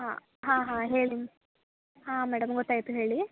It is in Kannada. ಆಂ ಹಾಂ ಹಾಂ ಹೇಳಿ ಹಾಂ ಮೇಡಮ್ ಗೊತಾಯಿತು ಹೇಳಿ